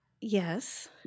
Yes